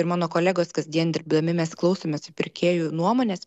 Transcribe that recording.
ir mano kolegos kasdien dirbdami mes klausomės į pirkėjų nuomones